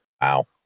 Wow